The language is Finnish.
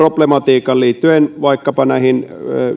problematiikan liittyen vaikkapa näihin